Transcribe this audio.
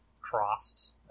crossed